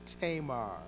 Tamar